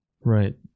right